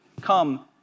come